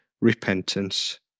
repentance